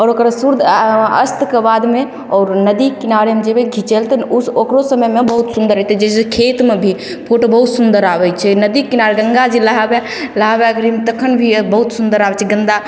आओर ओकरो सूर्य अस्तके बादमे आओर नदीके किनारेमे जेबय खिचय लए तऽ उ ओकरो समयमे बहुत सुन्दर एतय जैसे खेतमे भी फोटो बहुत सुन्दर आबय छै नदी किनारे गंगाजी नहाबय नहाबय गेलियै तखन भी बहुत सुन्दर आबय छै गन्दा